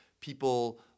people